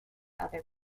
other